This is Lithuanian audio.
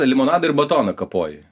limonadą ir batoną kapoji